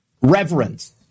reverence